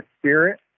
spirit